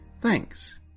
Thanks